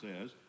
says